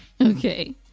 okay